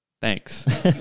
thanks